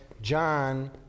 John